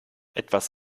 etwas